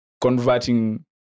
converting